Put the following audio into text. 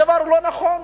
הדבר הוא לא נכון.